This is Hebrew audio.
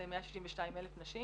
זה 162,000 נשים.